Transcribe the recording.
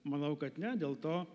manau kad ne dėl to